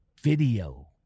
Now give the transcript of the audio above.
video